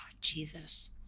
Jesus